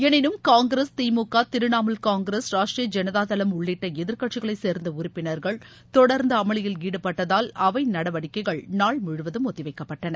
எனினும் Congress DMK Trinamool Congress Rashtriya Janata Dal உள்ளிட்ட எதிர்க்கட்சிகளைச் சேர்ந்த உறுப்பினர்கள் தொடர்ந்து அமளியில் ஈடுபட்டதால் அவை நடவடிக்கைகள் நாள் முழுவதும் ஒத்திவைக்கப்பட்டன